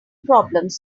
problems